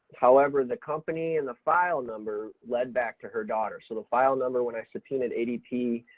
however, the company and the file number led back to her daughter, so the file number when i subpoenaed adp,